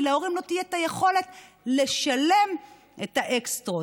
כי להורים לא תהיה היכולת לשלם את האקסטרות.